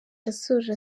yasoje